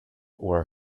were